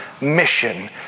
mission